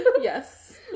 Yes